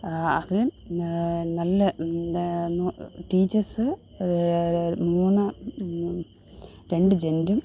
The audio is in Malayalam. അത് നല്ല ടീച്ചേർസ് മൂന്ന് രണ്ട് ജെൻറ്റും